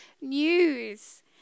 news